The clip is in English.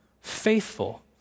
faithful